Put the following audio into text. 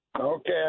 Okay